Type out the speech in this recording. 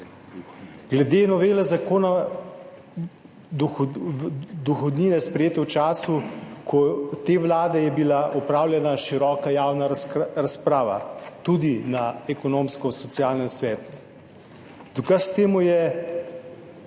Glede novele Zakona o dohodnini, sprejete v času te vlade, je bila opravljena široka javna razprava, tudi na Ekonomsko-socialnem svetu. Dokaz temu,